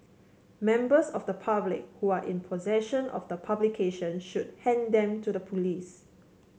members of the public who are in possession of the publications should hand them to the police